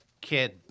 kid